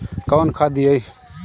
कौन खाद दियई?